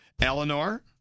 Eleanor